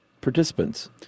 participants